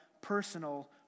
personal